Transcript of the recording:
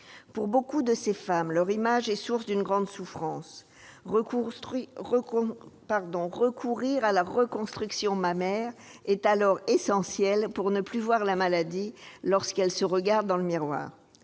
Pour beaucoup de ces femmes, leur image est source d'une grande souffrance. Recourir à la reconstruction mammaire est alors essentiel pour ne plus voir la maladie lorsqu'elles se regardent dans le miroir.